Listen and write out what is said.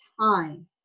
time